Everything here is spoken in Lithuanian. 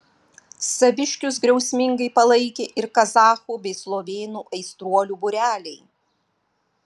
saviškius griausmingai palaikė ir kazachų bei slovėnų aistruolių būreliai